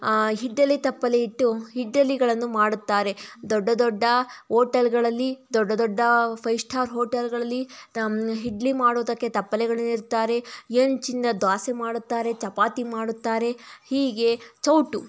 ಇಡ್ಲಿ ತಪ್ಪಲೆ ಇಟ್ಟು ಇಡ್ಲಿಗಳನ್ನು ಮಾಡುತ್ತಾರೆ ದೊಡ್ಡ ದೊಡ್ಡ ಹೋಟೆಲ್ಗಳಲ್ಲಿ ದೊಡ್ಡ ದೊಡ್ಡ ಫೈವ್ ಸ್ಟಾರ್ ಹೋಟೆಲುಗಳಲ್ಲಿ ಿಡ್ಲಿ ಮಾಡುವುದಕ್ಕೆ ತಪ್ಪಲೆಗಳನ್ನಿಡ್ತಾರೆ ಹೆಂಚಿಂದ ದೋಸೆ ಮಾಡುತ್ತಾರೆ ಚಪಾತಿ ಮಾಡುತ್ತಾರೆ ಹೀಗೆ ಸೌಟು